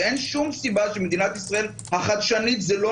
ואין שום סיבה שבמדינת ישראל החדשנית זה לא